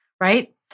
right